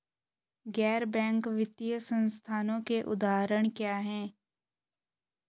गैर बैंक वित्तीय संस्थानों के उदाहरण क्या हैं?